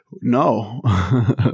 No